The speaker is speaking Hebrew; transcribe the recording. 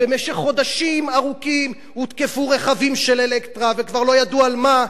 במשך חודשים ארוכים הותקפו רכבים של "אלקטרה" וכבר לא ידעו על מה,